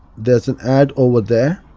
there's an ad over there.